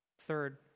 Third